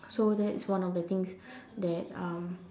so that's one of the things that um